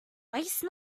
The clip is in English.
waste